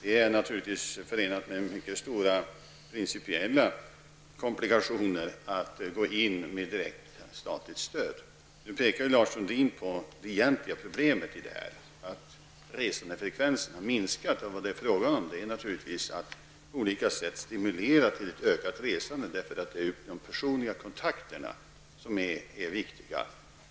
Det är naturligtvis förenat med mycket stora principiella komplikationer att ge ett direkt statligt stöd till dem. Nu pekar Lars Sundin på det egentliga problemet, nämligen att resandefrekvensen har minskat. Vad som krävs är naturligtvis att på olika sätt stimulera till ett ökat resande. Det är de personliga kontakterna som är viktiga.